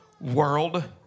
world